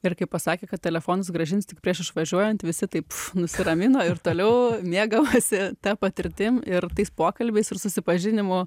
ir kaip pasakė kad telefonus grąžins tik prieš išvažiuojant visi taip nusiramino ir toliau mėgavosi ta patirtim ir tais pokalbiais ir susipažinimu